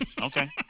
Okay